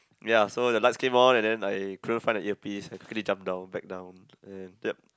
ya so the lights came on and then I couldn't find the earpiece I quickly jump down back down and then yup